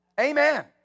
Amen